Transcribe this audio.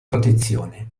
protezione